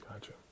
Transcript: Gotcha